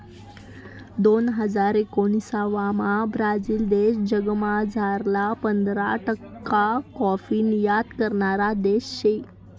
दोन हजार एकोणाविसमा ब्राझील देश जगमझारला पंधरा टक्का काॅफी निर्यात करणारा देश शे